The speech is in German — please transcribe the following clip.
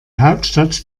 hauptstadt